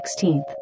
16th